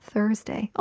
Thursday